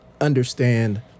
understand